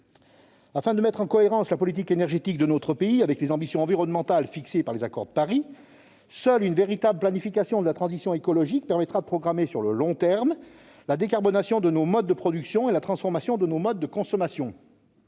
Afin de mettre en cohérence la politique énergétique de notre pays avec les ambitions environnementales fixées par les accords de Paris, seule une véritable planification de la transition écologique permettra de programmer sur le long terme la décarbonation de nos modes de production et la transformation de nos modes de consommation.